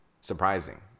surprising